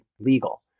legal